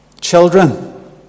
Children